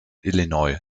illinois